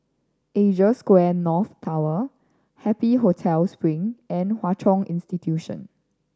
Asia Square North Tower Happy Hotel Spring and Hwa Chong Institution